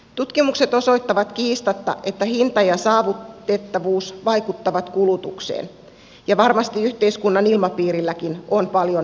tutkimukset osoittavat kiistatta että hinta ja saavutettavuus vaikuttavat kulutukseen ja varmasti yhteiskunnan ilmapiirilläkin on paljon merkitystä